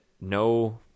No